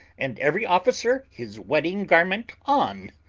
and every officer his wedding-garment on?